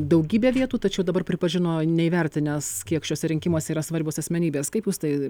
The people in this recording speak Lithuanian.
daugybę vietų tačiau dabar pripažino neįvertinęs kiek šiuose rinkimuose yra svarbios asmenybės kaip jūs tai